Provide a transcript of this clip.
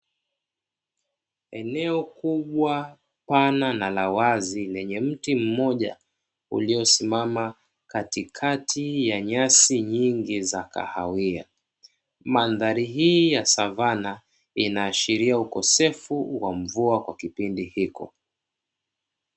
Eneo kubwa, pana na la wazi lenye mti mmoja uliosimama katikati ya nyasi nyingi za kahawia. Mandhari hii ya savana inaashiria ukosefu wa mvua kwa kipindi hiko.